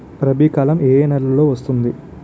రబీ కాలం ఏ ఏ నెలలో వస్తుంది?